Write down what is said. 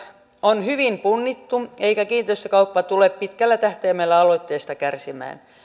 on hyvin punnittu eikä kiinteistökauppa tule pitkällä tähtäimellä aloitteesta kärsimään